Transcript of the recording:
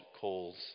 calls